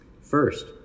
First